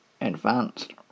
advanced